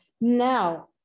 now